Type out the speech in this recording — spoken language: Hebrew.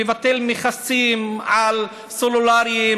לבטל מכסים על סלולריים,